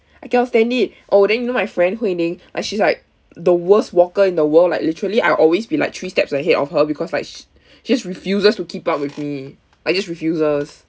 I cannot stand it oh then you know my friend huining uh she's like the worst walker in the world like literally I'll always be like three steps ahead of her because like s~ she just refuses to keep up with me like just refuses